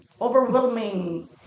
overwhelming